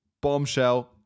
Bombshell